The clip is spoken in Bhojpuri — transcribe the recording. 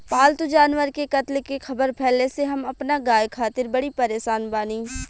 पाल्तु जानवर के कत्ल के ख़बर फैले से हम अपना गाय खातिर बड़ी परेशान बानी